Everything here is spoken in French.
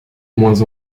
moins